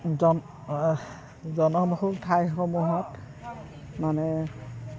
জন জনবহুল ঠাইসমূহত মানে